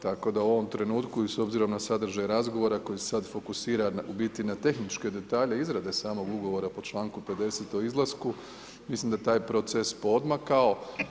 Tako da u ovom trenutku i s obzirom na sadržaj razgovora koji je sad fokusiran u biti na tehničke detalje izrade samog ugovora po članku 50. o izlasku, mislim da je taj proces poodmakao.